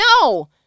No